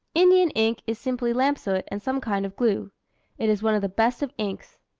indian ink is simply lamp-soot and some kind of glue it is one of the best of inks.